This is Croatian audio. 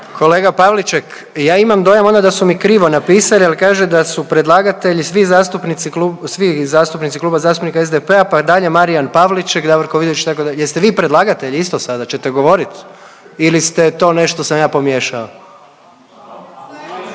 Kolega Pavliček ja imam dojam onda da su mi krivo napisali, ali kaže da su predlagatelji svi zastupnici Kluba zastupnika SDP-a pa dalje Marijan Pavliček, Davorko Vidović itd., jeste vi predlagatelj isto sada ćete govorit ili ste to nešto sam ja pomiješao?